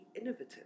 innovative